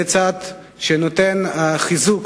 זה צעד שנותן חיזוק